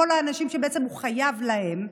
מכל האנשים שבעצם הוא חייב להם,